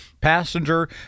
Passenger